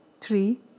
three